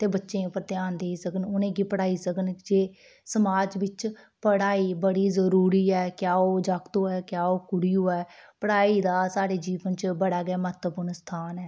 ते बच्चें उप्पर ध्यान देई सकन उनेंगी पढ़ाई सकन जे समाज बिच्च पढ़ाई बड़ी जरूरी ऐ क्या ओह् जागत होऐ क्या ओह् कुड़ी होऐ पढ़ाई दा साढ़ी जिंदगी च बड़ा म्हत्तवपूर्ण स्थान ऐ